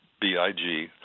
B-I-G